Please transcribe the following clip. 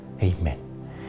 Amen